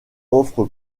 offre